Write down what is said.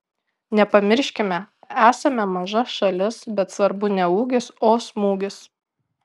nepamirškime esame maža šalis bet svarbu ne ūgis o smūgis